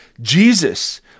Jesus